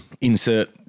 insert